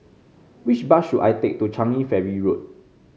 which bus should I take to Changi Ferry Road